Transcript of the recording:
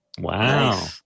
Wow